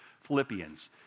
Philippians